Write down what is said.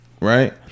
right